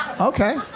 Okay